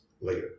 later